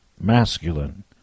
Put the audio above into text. masculine